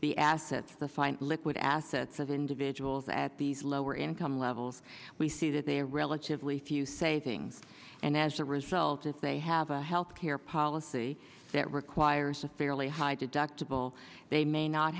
the assets the fine liquid assets of individuals at these lower income levels we see that they are relatively few savings and as a result if they have a health care policy that requires a fairly high deductible they may not